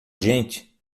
gente